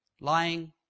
lying